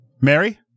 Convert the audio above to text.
Mary